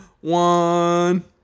One